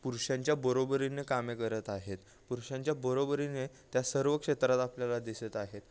पुरुषांच्या बरोबरीने कामे करत आहेत पुरुषांच्या बरोबरीने त्या सर्व क्षेत्रात आपल्याला दिसत आहेत